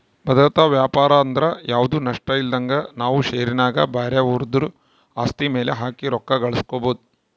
ಭದ್ರತಾ ವ್ಯಾಪಾರಂದ್ರ ಯಾವ್ದು ನಷ್ಟಇಲ್ದಂಗ ನಾವು ಷೇರಿನ್ಯಾಗ ಬ್ಯಾರೆವುದ್ರ ಆಸ್ತಿ ಮ್ಯೆಲೆ ಹಾಕಿ ರೊಕ್ಕ ಗಳಿಸ್ಕಬೊದು